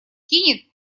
кинет